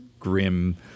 grim